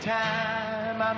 time